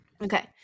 Okay